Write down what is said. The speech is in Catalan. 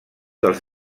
dels